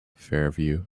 fairview